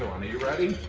ah and you ready?